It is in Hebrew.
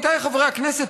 עמיתיי חברי הכנסת,